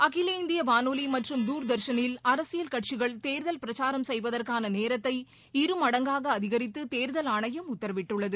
அகில இந்திய வானொலி மற்றும் தூர்தர்ஷனில் அரசியல் கட்சிகள் தேர்தல் பிரச்சாரம் செய்வதற்கான நேரத்தை இருமடங்காக அதிகரித்து தேர்தல் ஆணையம் உத்தரவிட்டுள்ளது